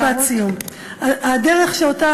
משפט סיום, הדרך שאני